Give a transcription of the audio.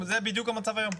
זה בדיוק המצב היום.